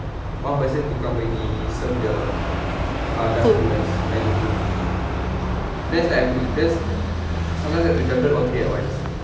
one person tukang pergi serve the ah customers and the foods then there's sometimes I have to juggle all three at once